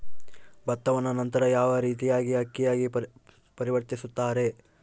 ಭತ್ತವನ್ನ ನಂತರ ಯಾವ ರೇತಿಯಾಗಿ ಅಕ್ಕಿಯಾಗಿ ಪರಿವರ್ತಿಸುತ್ತಾರೆ?